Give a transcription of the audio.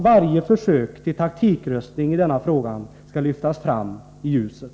Varje försök till taktikröstning i denna fråga skall lyftas fram i ljuset.